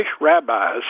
rabbis